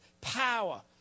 power